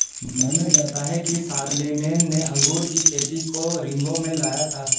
माना जाता है कि शारलेमेन ने अंगूर की खेती को रिंगौ में लाया था